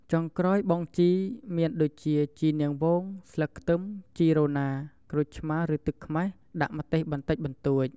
ចុងក្រោយបង់ជីមានដូចជាជីនាងវង ស្លឹកខ្ទឹម ជីរណា ក្រូចឆ្មារឬទឹកខ្មេះ ដាក់ម្ទេសបន្តិចបន្តួច។